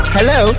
Hello